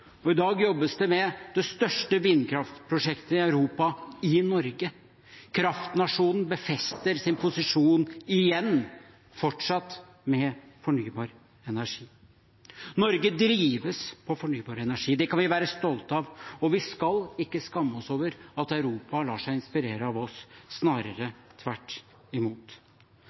og i dag jobbes det med det største vindkraftprosjektet i Europa, i Norge. Kraftnasjonen befester sin posisjon igjen, fortsatt med fornybar energi. Norge drives av fornybar energi. Det kan vi være stolte av, og vi skal ikke skamme oss over at Europa lar seg inspirere av oss, snarere tvert imot.